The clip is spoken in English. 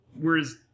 whereas